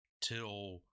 till